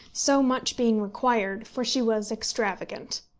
so much being required for she was extravagant,